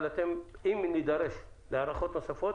אבל אם נידרש להארכות נוספות,